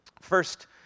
First